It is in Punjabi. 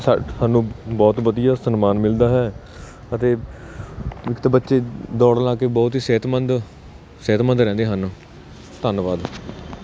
ਸਾਡ ਸਾਨੂੰ ਬਹੁਤ ਵਧੀਆ ਸਨਮਾਨ ਮਿਲਦਾ ਹੈ ਅਤੇ ਇੱਕ ਤਾਂ ਬੱਚੇ ਦੌੜ ਲਾ ਕੇ ਬਹੁਤ ਹੀ ਸਿਹਤਮੰਦ ਸਿਹਤਮੰਦ ਰਹਿੰਦੇ ਹਨ ਧੰਨਵਾਦ